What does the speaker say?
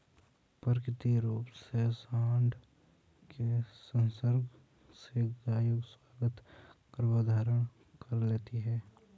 प्राकृतिक रूप से साँड के संसर्ग से गायें स्वतः गर्भधारण कर लेती हैं